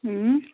اۭں